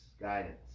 guidance